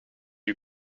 you